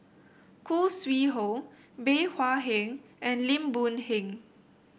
Khoo Sui Hoe Bey Hua Heng and Lim Boon Heng